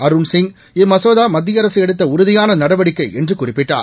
அருண்சிங் இம்மசோதா மத்திய அரசு எடுத்த உறுதியான நடவடிக்கை என்று குறிப்பிட்டார்